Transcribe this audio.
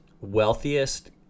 wealthiest